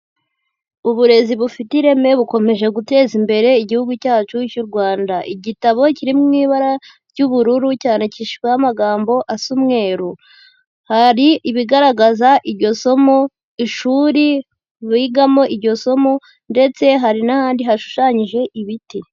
Uburezi bufite ireme bukomeje guteza imbere Igihugu cyacu cy'u Rwanda, igitabo kiri mu ibara ry'ubururu cyandikishijweho amagambo asa umweru, hari ibigaragaza iryo somo, ishuri bigamo iryo somo ndetse hari n'ahandi hashushanyije ibiti.